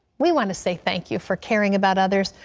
we want to say thank you for caring about others,